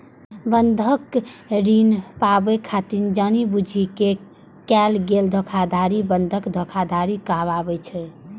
बंधक ऋण पाबै खातिर जानि बूझि कें कैल गेल धोखाधड़ी बंधक धोखाधड़ी कहाबै छै